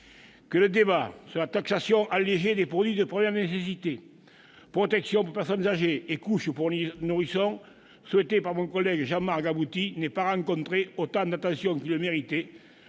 que le débat sur la taxation allégée des produits de première nécessité, protection des personnes âgées et couches pour les nourrissons, débat souhaité par mon collègue Jean-Marc Gabouty, n'ait pas rencontré autant d'attention qu'il le méritait.